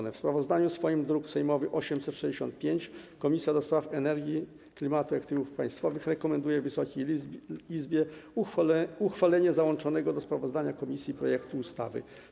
W swoim sprawozdaniu, druk sejmowy nr 865, Komisja do Spraw Energii, Klimatu i Aktywów Państwowych rekomenduje Wysokiej Izbie uchwalenie załączonego do sprawozdania komisji projektu ustawy.